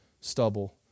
stubble